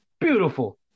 Beautiful